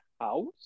house